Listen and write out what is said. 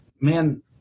man